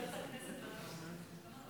(אומר מילים ברוסית).